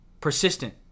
Persistent